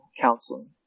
counseling